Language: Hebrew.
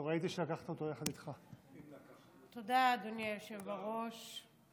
תודה, אדוני היושב-ראש.